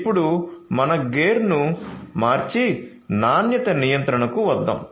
ఇప్పుడు మన గేర్ను మార్చి నాణ్యత నియంత్రణకు వద్దాం